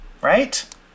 right